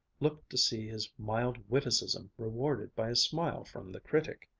looked to see his mild witticism rewarded by a smile from the critic.